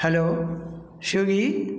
hello Swiggy